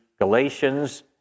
Galatians